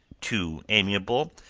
two amiable,